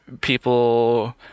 people